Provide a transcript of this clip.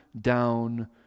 down